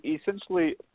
Essentially